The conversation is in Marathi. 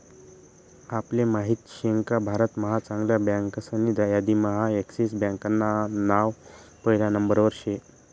आपले माहित शेका भारत महा चांगल्या बँकासनी यादीम्हा एक्सिस बँकान नाव पहिला नंबरवर शे